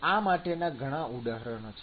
આ માટેના ઘણા ઉદાહરણો છે